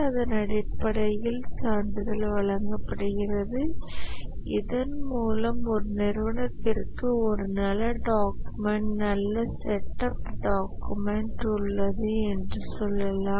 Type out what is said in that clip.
அதன் அடிப்படையில் சான்றிதழ் வழங்கப்படுகிறது இதன் மூலம் ஒரு நிறுவனத்திற்கு ஒரு நல்ல டாக்குமெண்ட் நல்ல செட்டப் டாக்குமெண்ட் உள்ளது என்று சொல்லலாம்